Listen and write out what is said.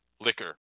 liquor